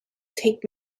take